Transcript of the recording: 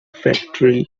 factory